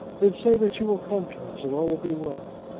then say that you will come to us, and all will be well.